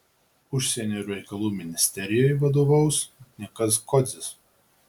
užsienio reikalų ministerijai vadovaus nikas kodzis